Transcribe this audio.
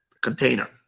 container